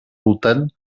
voltant